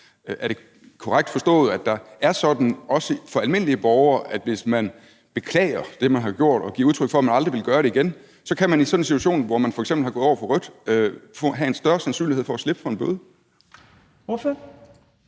Er det korrekt forstået, at det også for almindelige borgere er sådan, at hvis man beklager det, man har gjort, og giver udtryk for, at man aldrig vil gøre det igen, så kan der i sådan en situation, hvor man f.eks. er gået over for rødt, være en større sandsynlighed for, at man slipper for en bøde? Kl.